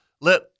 let